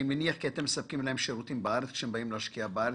אני מניח כי אתם מספקים להם שירותים בארץ כשהם באים להשקיע בארץ.